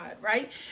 right